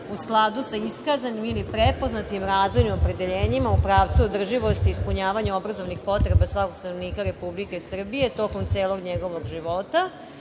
u skladu sa iskazanim ili prepoznatim razvojnim opredeljenjima u pravcu održivosti ispunjavanja obrazovnih potreba svakog stanovnika Republike Srbije tokom celog njegovog života